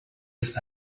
ist